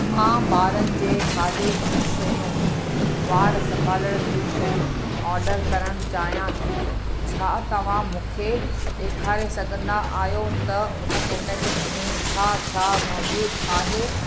मां ॿारनि जे खाधे जूं शयूं वार संभालण जूं शयूं ऑडर करण चाहियां थी छा तव्हां मूंखे ॾेखारे सघंदा आहियो त उन कैटेगरी में छा छा मौजूदु आहे